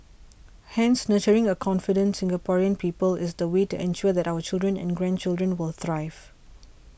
Hence nurturing a confident Singaporean people is the way to ensure that our children and grandchildren will thrive